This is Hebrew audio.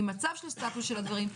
עם מצב של סטטוס של הדברים,